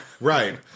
Right